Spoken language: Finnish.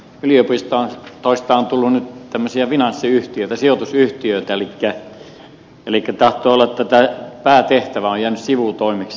yliopistoista on tullut nyt tämmöisiä finanssiyhtiöitä sijoitusyhtiöitä elikkä tahtoo olla että tämä päätehtävä on jäänyt sivutoimeksi